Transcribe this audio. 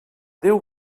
déu